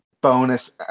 bonus